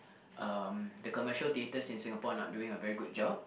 um the commercial theatres in Singapore are not doing a very good job